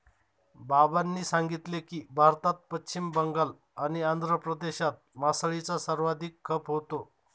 बाबांनी सांगितले की, भारतात पश्चिम बंगाल आणि आंध्र प्रदेशात मासळीचा सर्वाधिक खप होतो